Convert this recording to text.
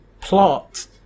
plot